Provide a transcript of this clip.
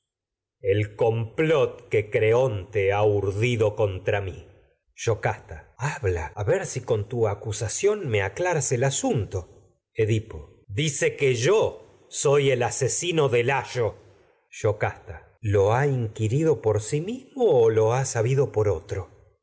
el complot que creonte ha urdido contra mí yocasta habla a ver si con tu acusación me aclaras el asunto edipo dice que yo soy el asesino de layo por yocasta lo lia inquirido si mismo o lo lia sabido por otro